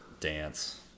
dance